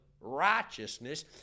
righteousness